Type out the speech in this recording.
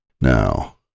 Now